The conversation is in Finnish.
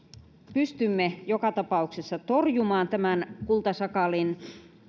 pystymme joka tapauksessa torjumaan tämän kultasakaalin